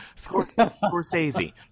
Scorsese